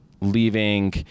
leaving